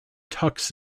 tux